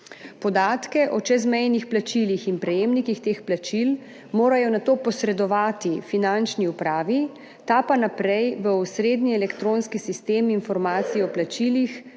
Podatke o čezmejnih plačilih in prejemnikih teh plačil morajo nato posredovati Finančni upravi, ta pa [jih posreduje] naprej v osrednji elektronski sistem informacij o plačilih